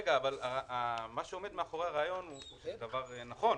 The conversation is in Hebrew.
רגע, אבל מה שעומד מאחורי הרעיון הוא דבר נכון.